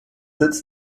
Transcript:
sitz